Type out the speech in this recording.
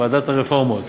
ועדת הרפורמות.